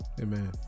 Amen